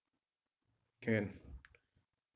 can